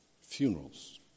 funerals